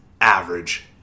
average